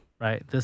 Right